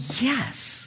Yes